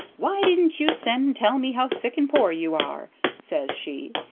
why didn't you send and tell me how sick and poor you are says she.